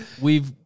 We've-